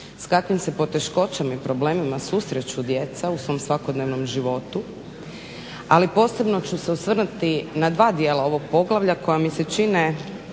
s kakvim se poteškoćama i problemima susreću djeca u svom svakodnevnom životu, ali posebno ću se osvrnuti na dva dijela ovog poglavlja koja mi se čine